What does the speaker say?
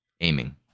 aiming